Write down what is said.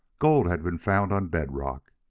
gold had been found on bed-rock.